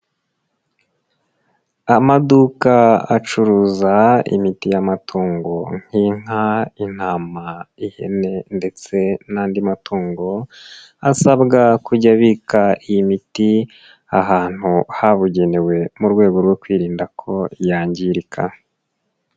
Amaduka acuruza imiti y'amatungo nk'inka, intama, ihene ndetse n'andi matungo, asabwa kujya abika iyi miti ahantu habugenewe, mu rwego rwo kwirinda ko yangirika.